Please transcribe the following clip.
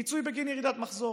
פיצוי בגין ירידת מחזור.